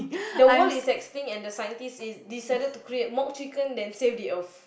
the world is extinct and the scientist is decided to create a mod chicken then save the earth